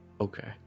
Okay